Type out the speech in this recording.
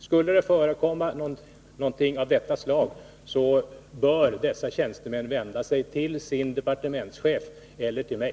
Skulle det förekomma någonting av detta slag, bör dessa tjänstemän vända sig till sin departementschef eller till mig.